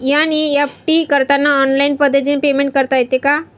NEFT करताना online पद्धतीने payment करता येते का?